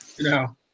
No